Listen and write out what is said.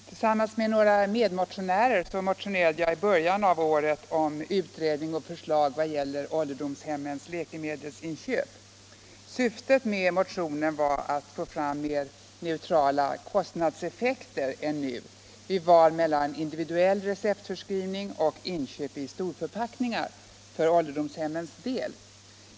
Herr talman! Jag har i början av detta år tillsammans med två andra ledamöter motionerat om utredning och förslag om ålderdomshemmens läkemedelsinköp. Syftet med motionen var att få fram mer neutrala kostnadseffekter än de nuvarande vid val mellan individuell receptförskrivning och inköp i storförpackningar för ålderdomshemmens del.